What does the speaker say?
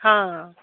ହଁ